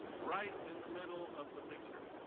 right in the middle of the picture!